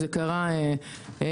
זה קרה בטלוויזיה,